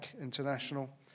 International